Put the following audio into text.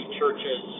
churches